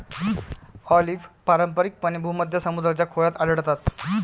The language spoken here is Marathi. ऑलिव्ह पारंपारिकपणे भूमध्य समुद्राच्या खोऱ्यात आढळतात